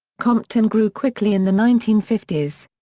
compton grew quickly in the nineteen fifty s.